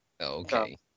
Okay